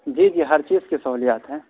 جی جی ہر چیز کی سہولیات ہیں